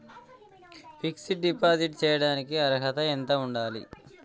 Fix డ్ deposit చేయటానికి అర్హత ఎంత ఉండాలి?